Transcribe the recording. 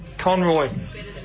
Conroy